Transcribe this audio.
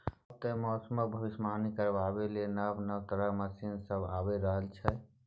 आब तए मौसमक भबिसबाणी करबाक लेल नब नब तरहक मशीन सब आबि रहल छै